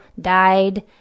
died